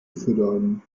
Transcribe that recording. füttern